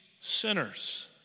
sinners